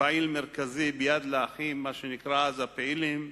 כפעיל מרכזי ב"יד לאחים", מה שנקרא אז "הפעילים",